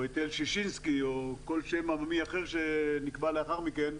היטל ששינסקי או כל שם עממי אחר שנקבע לאחר מכן,